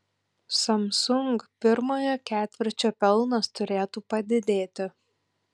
samsung pirmojo ketvirčio pelnas turėtų padidėti